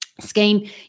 scheme